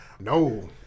No